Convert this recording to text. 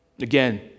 Again